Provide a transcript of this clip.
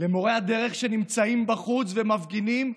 למורי הדרך שנמצאים בחוץ ומפגינים,